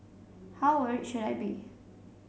how worried should I be